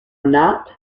not